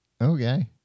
Okay